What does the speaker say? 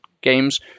games